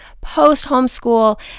post-homeschool